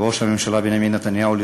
ראש הממשלה בנימין נתניהו,